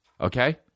Okay